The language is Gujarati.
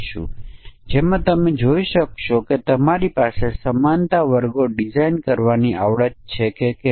શબ્દમાળાની મહત્તમ લંબાઈ 20 અને 5 આ બે પરિમાણો માટે છે અને પછી ફંકશન ચકાસે છે કે બીજું પરિમાણ એ પ્રથમ પરિમાણની પેટા શબ્દમાળા છે કે કેમ